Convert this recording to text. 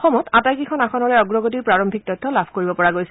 অসমত আটাইকেইখন আসনৰে অগ্ৰগতিৰ প্ৰাৰম্ভিক তথ্য লাভ কৰিব পৰা গৈছে